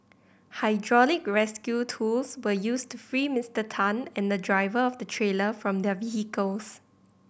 hydraulic rescue tools were used to free Mister Tan and the driver of the trailer from their vehicles